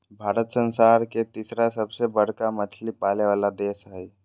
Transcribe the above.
भारत संसार के तिसरा सबसे बडका मछली पाले वाला देश हइ